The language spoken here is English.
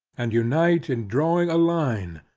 and unite in drawing a line,